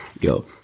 Yo